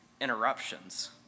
interruptions